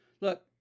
look